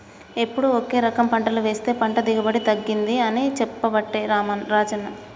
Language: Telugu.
ఎప్పుడు ఒకే రకం పంటలు వేస్తె పంట దిగుబడి తగ్గింది అని చెప్పబట్టే రాజన్న